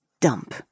dump